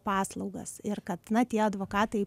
paslaugas ir kad na tie advokatai